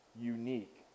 unique